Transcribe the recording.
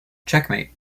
checkmate